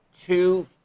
two